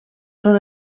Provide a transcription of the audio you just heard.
són